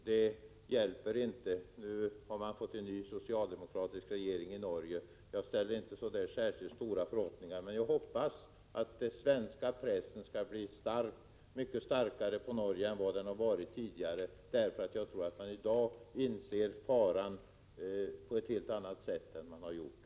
Det hjälper inte att man har fått en ny socialdemokratisk regering i Norge. Jag ställer inte särskilt stora förhoppningar på den. Jag hoppas att den svenska pressen på Norge skall bli mycket starkare än vad den har varit tidigare. I dag tror jag att man inser faran på ett helt annat sätt än man har gjort förut.